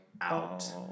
out